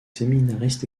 séminaristes